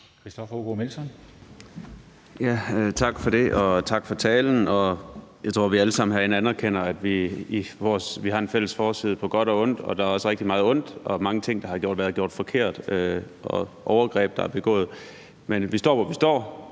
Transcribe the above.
Christoffer Aagaard Melson (V): Tak for det, og tak for talen. Jeg tror, vi alle sammen herinde anerkender, at vi har en fælles fortid på godt og ondt. Og der har også været rigtig meget ondt og mange ting, der har været gjort forkert, og overgreb, der er begået. Men vi står, hvor vi står,